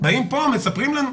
באים לפה מספרים לנו,